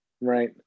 right